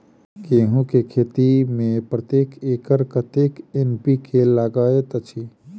गेंहूँ केँ खेती मे प्रति एकड़ कतेक एन.पी.के लागैत अछि?